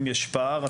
אם יש פער,